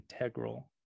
integral